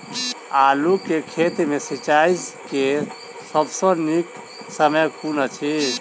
आलु केँ खेत मे सिंचाई केँ सबसँ नीक समय कुन अछि?